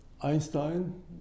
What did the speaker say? Einstein